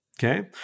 Okay